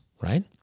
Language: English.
right